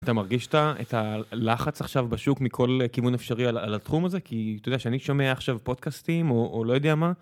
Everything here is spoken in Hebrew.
אתה מרגיש את הלחץ עכשיו בשוק מכל כיוון אפשרי על התחום הזה, כי אתה יודע שאני שומע עכשיו פודקאסטים או לא יודע מה.